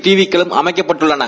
டிவிக்களும் அமைக்கப்பட்டுள்ளன